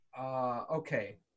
okay